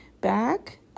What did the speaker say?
back